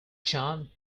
john